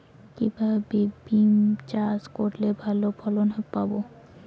কিভাবে বিম চাষ করলে ভালো ফলন পাব?